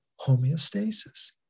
homeostasis